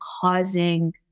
causing